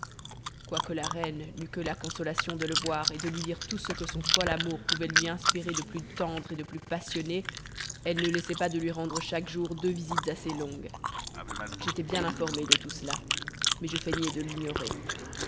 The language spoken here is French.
quoique la reine n'eût que la consolation de le voir et de lui dire tout ce que son fol amour pouvait lui inspirer de plus tendre et de plus passionné elle ne laissait pas de lui rendre chaque jour deux visites assez longues j'étais bien informé de tout cela mais je feignais de l'ignorer